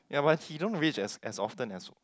ya but he don't rich as as often as